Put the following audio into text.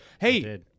Hey